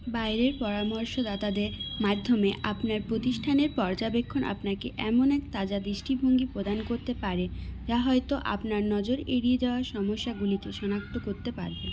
বাইরের পরামর্শদাতাদের মাধ্যমে আপনার প্রতিষ্ঠানের পর্যাবেক্ষণ আপনাকে এমন এক তাজা দৃষ্টিভঙ্গি প্রদান করতে পারে যা হয়তো আপনার নজর এড়িয়ে যাওয়া সমস্যাগুলিকে শনাক্ত করতে পারবে